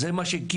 זה מה שקיבלנו.